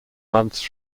months